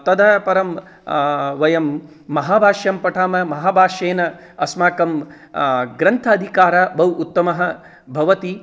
तत्परं वयं महाभाष्यं पठामः महाभाष्येन अस्माकं ग्रन्थाधिकार बहु उत्तमः भवति